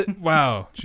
Wow